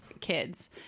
kids